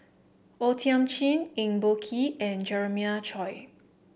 O Thiam Chin Eng Boh Kee and Jeremiah Choy